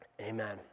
amen